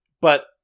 but-